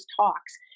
talks